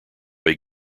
way